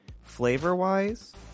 flavor-wise